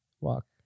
Walk